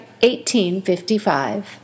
1855